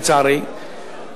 לצערי,